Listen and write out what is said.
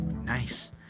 nice